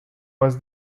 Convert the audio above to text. was